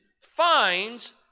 finds